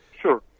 sure